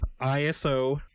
iso